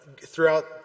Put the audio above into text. throughout